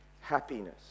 happiness